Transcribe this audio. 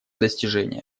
достижение